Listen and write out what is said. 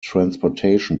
transportation